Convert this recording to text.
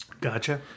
Gotcha